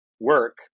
work